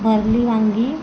भरली वांगी